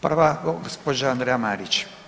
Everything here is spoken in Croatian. Prva gospođa Andreja Marić.